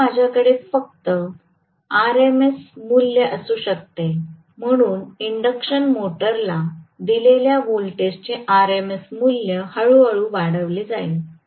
तर माझ्याकडे फक्त RMS मूल्य असू शकते म्हणून इंडक्शन मोटरला दिलेल्या व्होल्टेजचे RMS मूल्य हळूहळू वाढविले जाईल